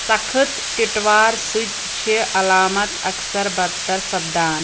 سخٕت ٹِٹوارٕ سۭتۍ چھِ عَلامت اکثر بدتر سپدان